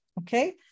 okay